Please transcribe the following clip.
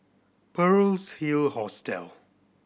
Pearl's Hill Hostel